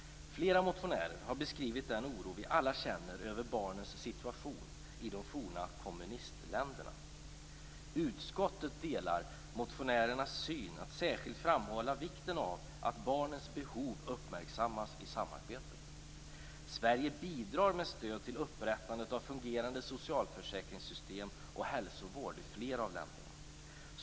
Flera motionärer har beskrivit den oro vi alla känner över barnens situation i de forna kommunistländerna. Utskottet delar motionärernas syn att man särskilt skall framhålla vikten av att barnens behov uppmärksammas i samarbetet. Sverige bidrar med stöd till upprättandet av fungerande socialförsäkringssystem och hälsovård i flera av länderna.